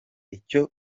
icyo